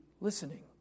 listening